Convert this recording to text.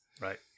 right